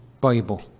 Bible